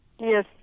Yes